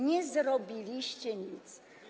Nie zrobiliście nic.